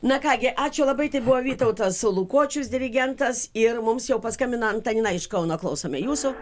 na ką gi ačiū labai tai buvo vytautas lukočius dirigentas ir mums jau paskambino antanina iš kauno klausome jūsų